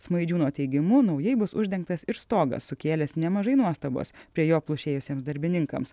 smaidžiūno teigimu naujai bus uždengtas ir stogas sukėlęs nemažai nuostabos prie jo plušėjusiems darbininkams